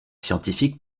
scientifique